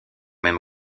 même